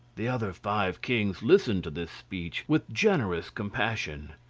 the other five kings listened to this speech with generous compassion.